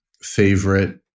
favorite